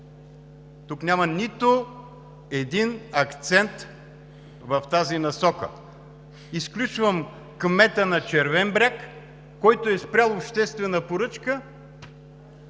Тук няма нито един акцент в тази насока. Изключвам кмета на Червен бряг, който е спрял обществена поръчка